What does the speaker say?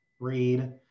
read